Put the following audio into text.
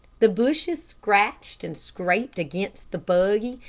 the bushes scratched and scraped against the buggy,